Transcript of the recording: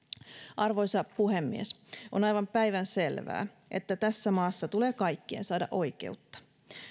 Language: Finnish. arvoisa puhemies on aivan päivänselvää että tässä maassa tulee kaikkien saada oikeutta